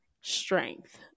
strength